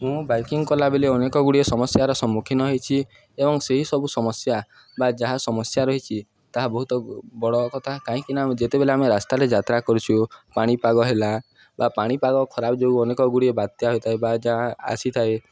ମୁଁ ବାଇକିଂ କଲାବେେଲେ ଅନେକଗୁଡ଼ିଏ ସମସ୍ୟାର ସମ୍ମୁଖୀନ ହୋଇଛି ଏବଂ ସେହି ସବୁ ସମସ୍ୟା ବା ଯାହା ସମସ୍ୟା ରହିଛି ତାହା ବହୁତ ବଡ଼ କଥା କାହିଁକିନା ଆମେ ଯେତେବେଲେ ଆମେ ରାସ୍ତାରେ ଯାତ୍ରା କରୁଛୁ ପାଣିପାଗ ହେଲା ବା ପାଣିପାଗ ଖରାପ ଯୋଗୁଁ ଅନେକଗୁଡ଼ିଏ ବାତ୍ୟା ହୋଇଥାଏ ବା ଯାହା ଆସିଥାଏ